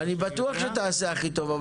אני בטוח שתעשה את הכי טוב,